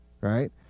right